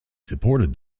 supported